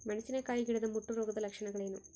ಮೆಣಸಿನಕಾಯಿ ಗಿಡದ ಮುಟ್ಟು ರೋಗದ ಲಕ್ಷಣಗಳೇನು?